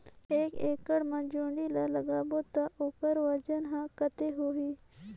एक एकड़ मा जोणी ला लगाबो ता ओकर वजन हर कते होही?